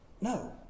No